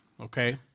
okay